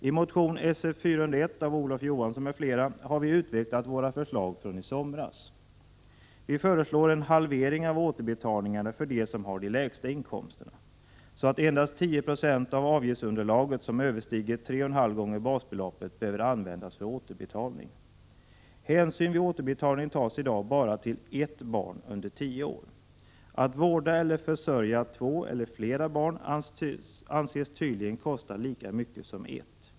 I motionen Sf401 av Olof Johansson m.fl. har vi utvecklat våra förslag från i somras. Vi föreslår en halvering av återbetalningarna för dem som har de lägsta inkomsterna, så att endast 10 Jo av det avgiftsunderlag som överstiger 3,5 gånger basbeloppet behöver användas för återbetalning. Hänsyn vid återbetalning tas i dag bara till ert barn under tio år. Att vårda eller försörja två eller flera barn anses tydligen kosta lika mycket som ett.